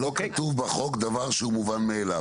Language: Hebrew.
לא כתוב בחוק דבר שהוא מובן מאליו.